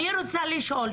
אני רוצה לשאול,